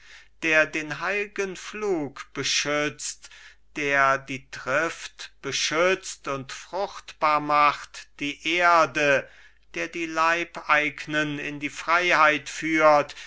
der den heilgen pflug beschützt der die trift beschützt und fruchtbar macht die erde der die leibeignen in die freiheit führt